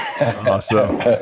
Awesome